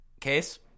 Case